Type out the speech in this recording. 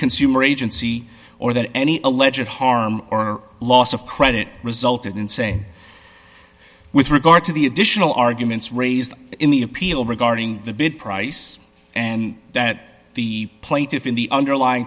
consumer agency or that any alleged harm or loss of credit resulted in say with regard to the additional arguments raised in the appeal regarding the bid price and that the plaintiff in the underlying